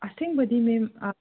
ꯑꯁꯦꯝꯕꯗꯤ ꯃꯦꯝ